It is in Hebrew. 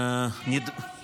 מי היה ראש